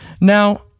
Now